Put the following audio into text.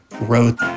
wrote